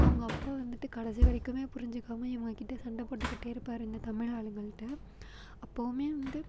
அவங்க அப்பா வந்துட்டு கடைசி வரைக்குமே புரிஞ்சுக்காமல் இவங்கக்கிட்ட சண்டை போட்டுக்கிட்டே இருப்பார் இந்த தமிழ் ஆளுங்கள்ட்ட அப்பவுமே வந்து